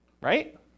right